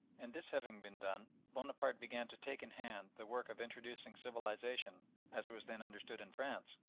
and this having been done bonaparte began to take in hand the work of introducing civilisation as it was then understood in france.